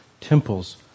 temples